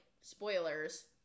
spoilers